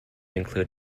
include